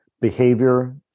behavior